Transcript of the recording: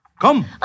come